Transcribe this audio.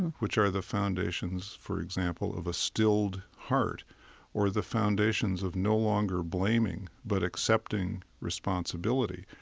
which are the foundations, for example, of a stilled heart or the foundations of no longer blaming, but accepting responsibility.